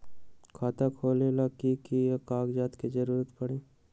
खाता खोले ला कि कि कागजात के जरूरत परी?